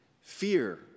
Fear